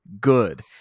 good